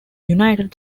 united